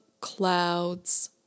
clouds